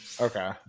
okay